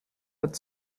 but